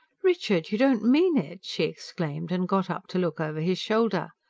richard! you don't mean it! she exclaimed, and got up to look over his shoulder.